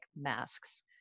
masks